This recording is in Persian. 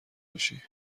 میشی